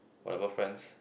whatever friends